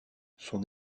son